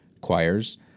choirs